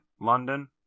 London